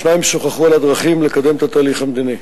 השניים שוחחו על הדרכים לקדם את התהליך המדיני.